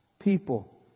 people